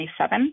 2027